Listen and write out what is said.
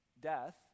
Death